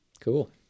Cool